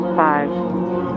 five